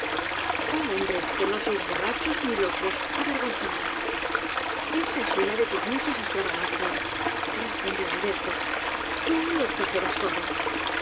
oh hombres que no sois borrachos ni locos avergonzaos esa es una de tus muchas estravagancias respondió alberto tú lo exajeras todo